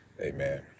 amen